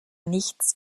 nichts